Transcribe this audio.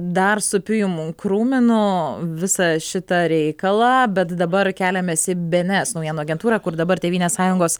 dar su pijum krūminu visą šitą reikalą bet dabar keliamės į bėenes naujienų agentūrą kur dabar tėvynės sąjungos